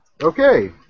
Okay